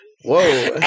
Whoa